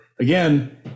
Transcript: Again